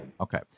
Okay